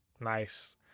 nice